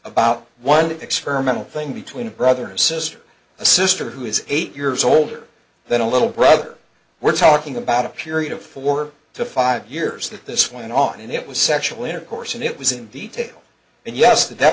about one experimental thing between a brother or sister a sister who is eight years older than a little brother we're talking about a period of four to five years that this went on and it was sexual intercourse and it was in detail and yes th